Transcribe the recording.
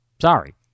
Sorry